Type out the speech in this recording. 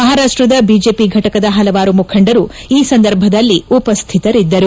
ಮಹಾರಾಷ್ಸದ BJP ಘಟಕದ ಪಲವಾರು ಮುಖಂಡರು ಈ ಸಂದರ್ಭದಲ್ಲಿ ಉಪಸ್ಥಿತರಿದ್ದರು